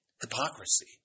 hypocrisy